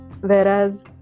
whereas